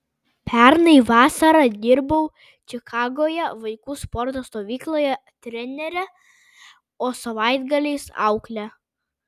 pernai vasarą dirbau čikagoje vaikų sporto stovykloje trenere o savaitgaliais aukle